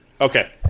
Okay